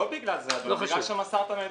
לא בגלל זה אדוני אלא בגלל שמסרת להם מידע